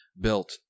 built